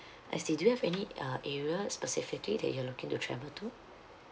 I see do you have any uh area specifically that you are looking to travel to